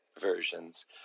versions